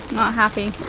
happy.